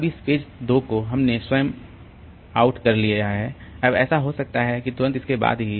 अब इस पेज 2 को हमने स्वयं आउट कर लिया है अब ऐसा हो सकता है कि तुरंत इसके बाद ही